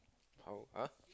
how !huh!